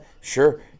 sure